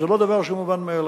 זה לא דבר מובן מאליו.